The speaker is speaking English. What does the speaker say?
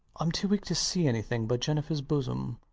i'm too weak to see anything but jennifer's bosom.